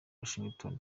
washington